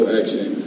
action